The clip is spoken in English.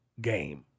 game